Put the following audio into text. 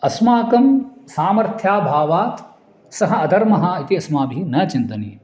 अस्माकं सामर्थ्याभावात् सः अधर्मः इति अस्माभिः न चिन्तनीयम्